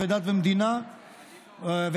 דת ומדינה וכלכלה.